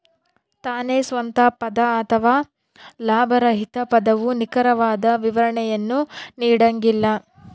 ತಾನೇ ಸ್ವಂತ ಪದ ಅಥವಾ ಲಾಭರಹಿತ ಪದವು ನಿಖರವಾದ ವಿವರಣೆಯನ್ನು ನೀಡಂಗಿಲ್ಲ